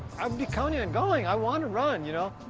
um be counting on going i want to run, you know?